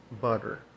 butter